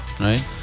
right